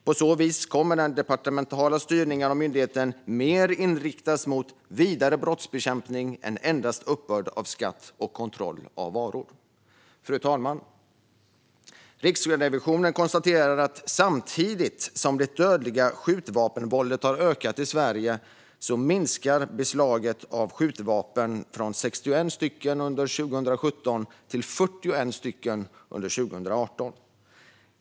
På så vis kommer den departementala styrningen av myndigheten att inriktas mer på vidare brottsbekämpning än på endast uppbörd av skatt och kontroll av varor. Fru talman! Riksrevisionen konstaterar att samtidigt som det dödliga skjutvapenvåldet har ökat i Sverige har beslagen av skjutvapen minskat från 61 stycken under 2017 till 41 stycken under 2018.